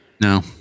No